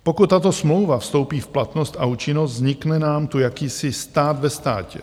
Pokud tato smlouva vstoupí v platnost a účinnost, vznikne nám tu jakýsi stát ve státě.